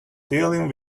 dealing